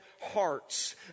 hearts